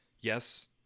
yes